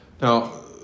now